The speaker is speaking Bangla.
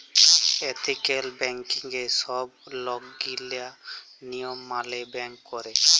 এথিক্যাল ব্যাংকিংয়ে ছব লকগিলা লিয়ম মালে ব্যাংক ক্যরে